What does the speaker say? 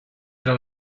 tra